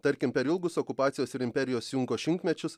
tarkim per ilgus okupacijos ir imperijos jungo šimtmečius